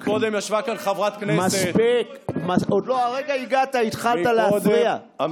להסביר למה מדינת